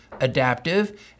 adaptive